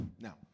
Now